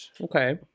Okay